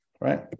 Right